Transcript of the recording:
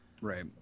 Right